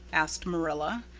asked marilla.